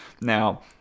Now